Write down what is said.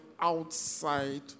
outside